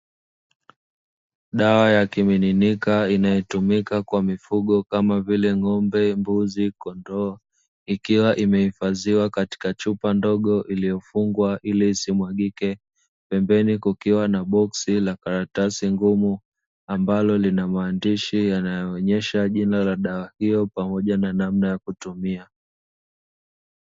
Dawa ya kimiminikia inayotumika kwa mifugo kama vile: ng'ombe, mbuzi, kondoo. Ikiwa imehifadhiwa katika chupa ndogo iliyofungwa ili isimwagike. Pembeni kukiwa na boksi la karatasi ngumu ambalo lina maandishi yanayoonyesha jina ya dawa hiyo pamoja na namna ya kutumia.